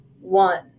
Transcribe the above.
One